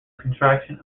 contraction